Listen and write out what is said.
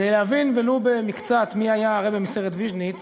כדי להבין ולו במקצת מי היה הרעבע מסערט ויז'ניץ